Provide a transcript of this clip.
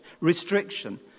restriction